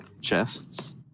chests